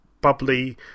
bubbly